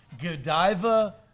Godiva